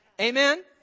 Amen